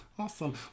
Awesome